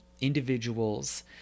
individuals